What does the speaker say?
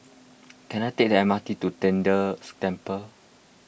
can I take the M R T to Tian De Temple